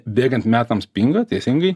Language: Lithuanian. bėgant metams pinga teisingai